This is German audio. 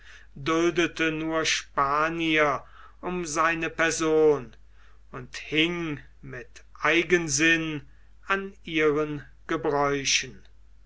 duldete nur spanier um seine person und hing mit eigensinn an ihren gebräuchen